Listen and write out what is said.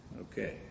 Okay